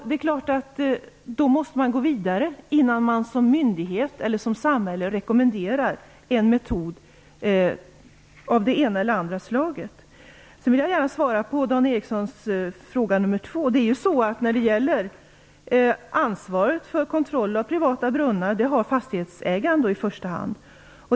Det är klart att man då måste gå vidare innan man som myndighet eller som samhälle rekommenderar en metod av det ena eller andra slaget. Sedan vill jag gärna svara på Dan Ericssons andra fråga. Ansvaret för kontroll av privata brunnar har i första hand fastighetsägaren.